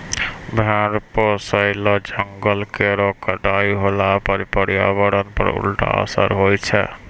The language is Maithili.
भेड़ पोसय ल जंगल केरो कटाई होला पर पर्यावरण पर उल्टा असर होय छै